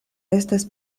estas